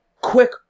quick